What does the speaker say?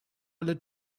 alle